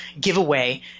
giveaway